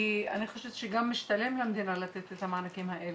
אני חושבת שגם משתלם למדינה לתת את המענקים האלה.